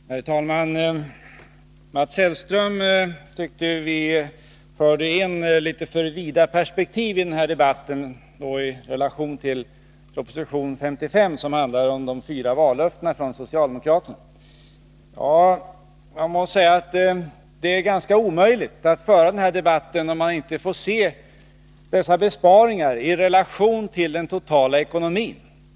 Herr talman! Mats Hellström tyckte att vi förde in litet för vida perspektiv i den här debatten i relation till proposition 55, som handlar om de fyra vallöftena från socialdemokraterna. Jag måste säga att det är nästan omöjligt att föra den här debatten, när man inte får se våra besparingar i relation till den totala ekonomin.